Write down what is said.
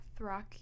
Throck